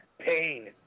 pain